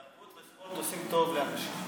תרבות וספורט עושים טוב לאנשים.